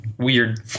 weird